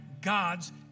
God's